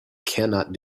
cannot